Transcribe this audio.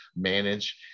manage